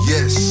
Yes